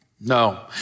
No